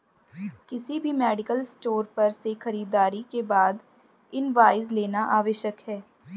किसी भी medical store पर से खरीदारी के बाद इनवॉइस लेना आवश्यक है